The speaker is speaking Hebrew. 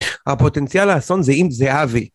הפוטנציאל האסון זה אם זה אבי